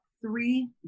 three